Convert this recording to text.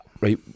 right